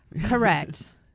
correct